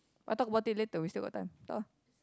I talk about it later we still got time talk ah